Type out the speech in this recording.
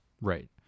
Right